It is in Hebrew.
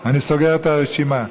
אני סוגר את הרשימה.